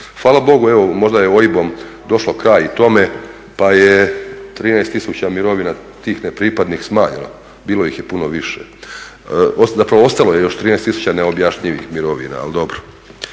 Fala bogu evo možda je OIB-om došao kraj i tome, pa je 13 000 mirovina tih nepripadnih smanjeno. Bilo ih je puno više. Zapravo ostalo je još 13 000 neobjašnjivih mirovina, ali dobro.